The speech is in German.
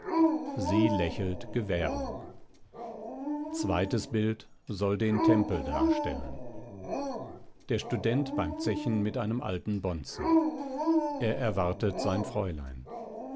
sie lächelt gewährung zweites bild soll den tempel darstellen der student beim zechen mit einem alten bonzen er erwartet sein fräulein